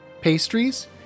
pastries